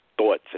thoughts